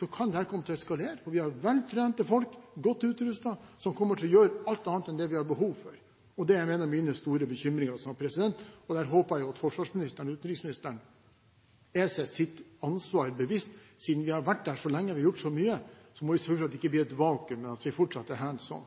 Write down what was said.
kan dette komme til å eskalere, for vi har veltrente og godt utrustede folk, som kommer til å gjøre alt annet enn det vi har behov for. Det er en av mine store bekymringer. Der håper jeg at forsvarsministeren og utenriksministeren er seg sitt ansvar bevisst. Siden vi har vært der så lenge og har gjort så mye, må vi sørge for at det ikke blir et vakuum, men at vi fortsatt er «hands on».